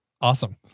Awesome